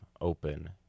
open